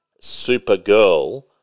Supergirl